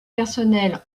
personnel